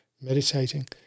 meditating